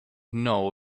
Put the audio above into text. know